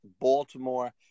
baltimore